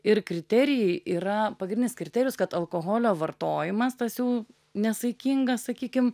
ir kriterijai yra pagrindinis kriterijus kad alkoholio vartojimas tas jau nesaikingas sakykim